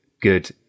good